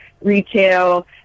retail